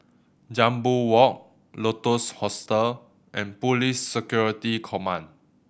Jambol Walk Lotus Hostel and Police Security Command